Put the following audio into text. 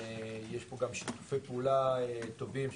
יש פה גם שיתופי פעולה טובים,